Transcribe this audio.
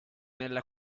nella